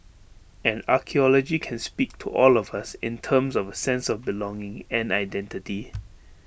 and archaeology can speak to all of us in terms of A sense of belonging and identity